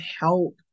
help